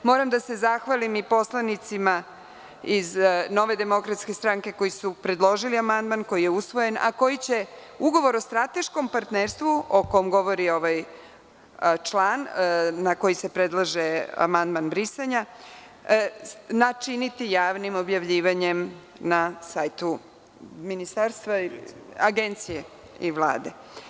Moram da se zahvalim i poslanicima iz Nove demokratske stranke koji su predložili amandman koji je usvojen, a koji će ugovor o strateškom partnerstvu, o kome govori ovaj član na koji se predlaže amandman brisanja, načiniti javnim objavljivanjem na sajtu Agencije i Vlade.